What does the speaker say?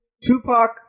Tupac